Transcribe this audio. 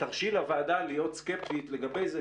תרשי לוועדה להיות סקפטית לגבי זה,